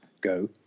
go